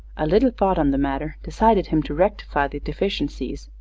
a little thought on the matter decided him to rectify the deficiencies,